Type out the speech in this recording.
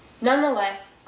Nonetheless